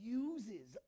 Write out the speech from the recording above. uses